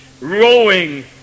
rowing